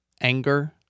anger